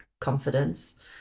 confidence